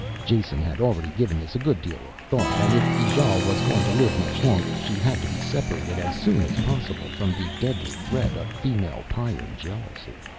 jason had already given this a good deal of thought, and if ijale was going to live much longer she had to be separated as soon as possible from the deadly threat of female pyrran jealousy.